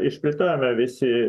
išplėtojome visi